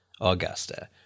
Augusta